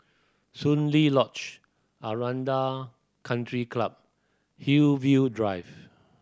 Soon Lee Lodge Aranda Country Club Hillview Drive